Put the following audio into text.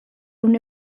ehun